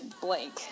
blank